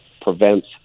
prevents